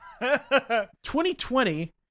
2020